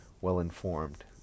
well-informed